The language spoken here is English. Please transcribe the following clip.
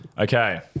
Okay